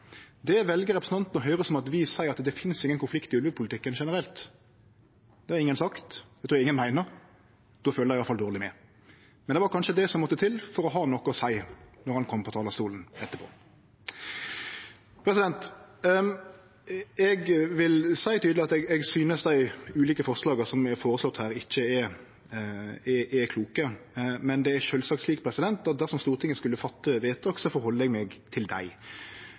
Det vel representanten å høyre som at vi seier at det finst ingen konflikt i ulvepolitikken generelt. Det har ingen sagt, og det trur eg ingen meiner. Då følgjer dei i alle fall dårleg med. Men det var kanskje det som måtte til for å ha noko å seie når han kom på talarstolen etterpå. Eg vil seie tydeleg at eg synest dei ulike forslaga her ikkje er kloke, men det er sjølvsagt slik at dersom Stortinget skulle fatte vedtak, rettar eg meg etter dei. Det er vanskeleg å ta omsyn til dei